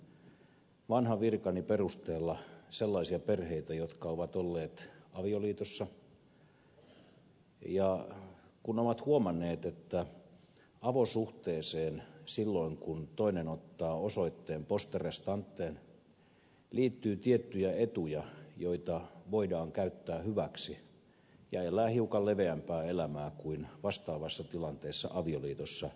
minä tunnen vanhan virkani perusteella sellaisia perheitä jotka ovat olleet avioliitossa ja kun ovat huomanneet että silloin kun toinen ottaa osoitteen poste restanteen avosuhteeseen liittyy tiettyjä etuja joita voi käyttää hyväksi ja voi elää hiukan leveämpää elämää kuin vastaavassa tilanteessa avioliitossa